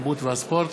התרבות והספורט